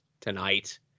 tonight